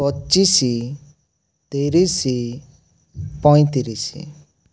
ପଚିଶ ତିରିଶ ପଇଁତିରିଶ